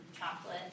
chocolate